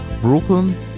Brooklyn